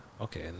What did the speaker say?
Okay